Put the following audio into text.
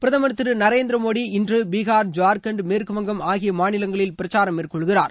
பிரதம் திரு நரேந்திர மோடி இன்று பீகார் ஜாகண்ட் மேற்குவங்கம் ஆகிய மாநிலங்களில் பிரச்சாரம் மேற்கொள்கிறார்